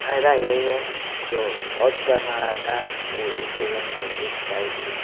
फ़ायदा यही है जो शौच करना रहता है वह एक बगल में एक साइड में